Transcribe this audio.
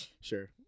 sure